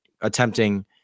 attempting